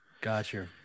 Gotcha